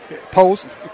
Post